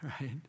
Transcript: right